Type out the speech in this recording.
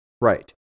Right